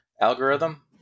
algorithm